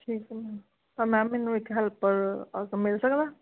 ਠੀਕ ਹੈ ਮੈਮ ਪਰ ਮੈਮ ਮੈਨੂੰ ਇੱਕ ਹੈਲਪਰ ਅ ਮਿਲ ਸਕਦਾ